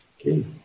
Okay